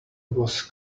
was